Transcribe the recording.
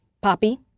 Poppy